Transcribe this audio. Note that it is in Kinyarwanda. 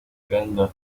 uganda